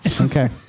Okay